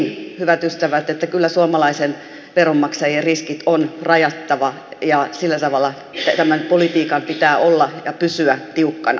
on niin hyvät ystävät että kyllä suomalaisten veronmaksajien riskit on rajattava ja sillä tavalla tämän politiikan pitää olla ja pysyä tiukkana